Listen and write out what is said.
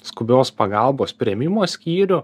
skubios pagalbos priėmimo skyrių